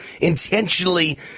intentionally